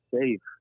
safe